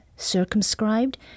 circumscribed